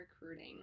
recruiting